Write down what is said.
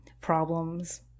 problems